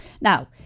Now